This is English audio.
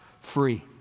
free